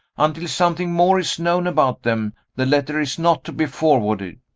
until something more is known about them, the letter is not to be forwarded.